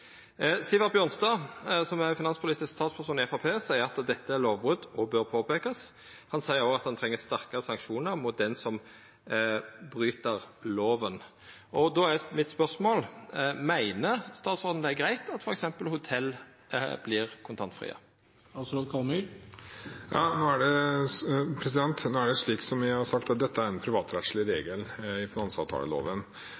Sivert Bjørnstad, som er finanspolitisk talsmann i Framstegspartiet, seier at dette er eit lovbrot og bør påpeikast. Han seier òg at ein treng sterkare sanksjonar mot dei som bryt lova. Då er mitt spørsmål: Meiner statsråden at det er greitt at f.eks. hotell vert kontantfrie? Dette er, som jeg har sagt, en privatrettslig regel i finansavtaleloven. Justis- og beredskapsdepartementet har